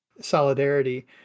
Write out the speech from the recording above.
solidarity